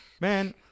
man